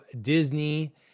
Disney